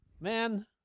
man